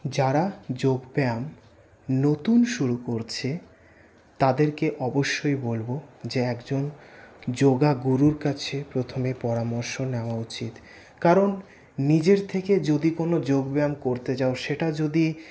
যারা যোগব্যায়াম নতুন শুরু করছে তাদেরকে অবশ্যই বলব যে একজন যোগা গুরুর কাছে প্রথমে পরামর্শ নেওয়া উচিত কারণ নিজের থেকে যদি কোনও যোগব্যায়াম করতে যাও সেটা যদি